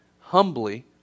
humbly